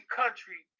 country